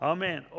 Amen